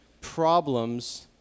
problems